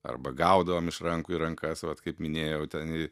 arba gaudavom iš rankų į rankas vat kaip minėjau ten